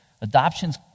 adoptions